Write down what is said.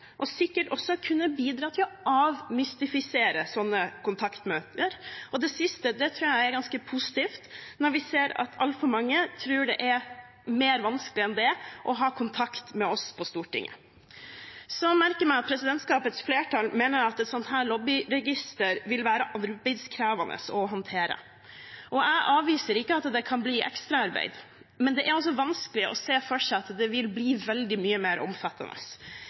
og det vil sikkert også kunne bidra til å avmystifisere slike kontaktmøter. Det siste tror jeg er ganske positivt, når vi ser at altfor mange tror det er mer vanskelig enn det er å ha kontakt med oss på Stortinget. Jeg merker meg at presidentskapets flertall mener at et slikt lobbyregister vil være arbeidskrevende å håndtere. Jeg avviser ikke at det kan bli ekstraarbeid, men det er vanskelig å se for seg at det vil bli veldig mye mer omfattende.